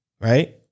right